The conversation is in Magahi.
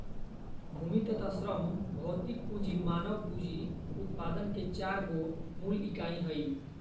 भूमि तथा श्रम भौतिक पूँजी मानव पूँजी उत्पादन के चार गो मूल इकाई हइ